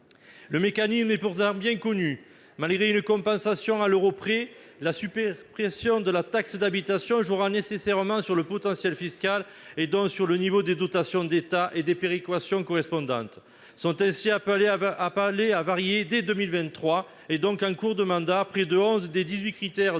Le mécanisme est pourtant bien connu : malgré une compensation à l'euro près, la suppression de la taxe d'habitation jouera nécessairement sur le potentiel fiscal et, donc, sur le niveau des dotations d'État et des péréquations correspondantes. Sont ainsi appelés à varier dès 2023, et donc en cours de mandat, près de onze des dix-huit critères de